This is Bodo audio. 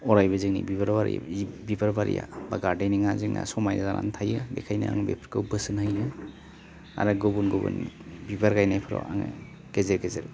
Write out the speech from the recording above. अरायबो जोंनि बिबार बारि बिबार बारिया बा गार्डेनिङा जोंना समायना जानानै थायो बेखायनो आं बेफोरखौ बोसोन होयो आरो गुबुन गुबुन बिबार गायनायफोराव आङो गेजेर गेजेर